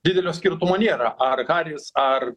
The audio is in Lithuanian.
didelio skirtumo nėra ar haris ar